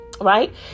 Right